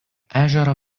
ežerą